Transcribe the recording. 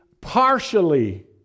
partially